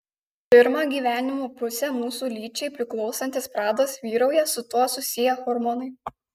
pirmą gyvenimo pusę mūsų lyčiai priklausantis pradas vyrauja su tuo susiję hormonai